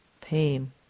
Pain